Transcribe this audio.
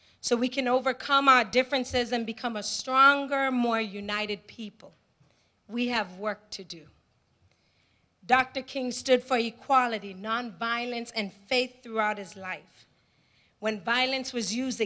so we can overcome our differences and become a stronger more united people we have work to do dr king stood for you quality nonviolence and faith throughout his life when violence was used